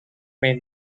may